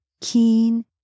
keen